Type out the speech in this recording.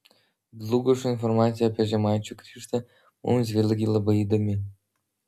dlugošo informacija apie žemaičių krikštą mums vėlgi labai įdomi